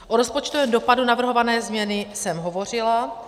O rozpočtovém dopadu navrhované změny jsem hovořila.